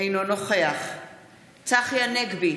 אינו נוכח צחי הנגבי,